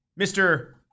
Mr